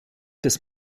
des